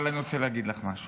אבל אני רוצה להגיד לך משהו: